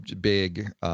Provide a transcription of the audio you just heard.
big